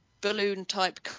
balloon-type